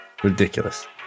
Ridiculous